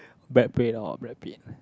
back pain or wrap in